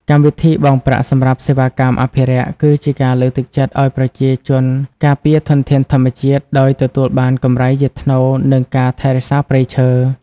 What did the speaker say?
កម្មវិធី បង់ប្រាក់សម្រាប់សេវាកម្មអភិរក្ស គឺជាការលើកទឹកចិត្តឲ្យប្រជាជនការពារធនធានធម្មជាតិ ដោយទទួលបានកម្រៃជាថ្នូរនឹងការថែរក្សាព្រៃឈើ។